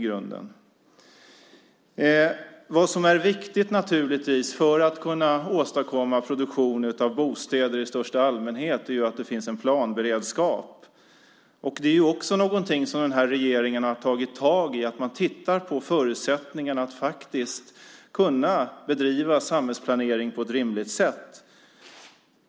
För att kunna åstadkomma produktion av bostäder i största allmänhet är det naturligtvis viktigt att det finns en planberedskap. Det är något som denna regering tagit tag i, och man tittar nu på förutsättningarna för att kunna bedriva samhällsplanering på ett rimligt sätt.